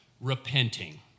repenting